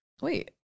wait